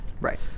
Right